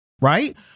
right